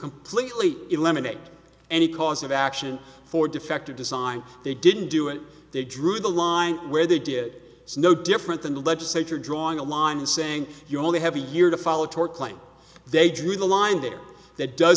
completely eliminate any cause of action for defective design they didn't do it they drew the line where they did it's no different than the legislature drawing a line and saying you only have a year to follow tort claim they drew the line there that does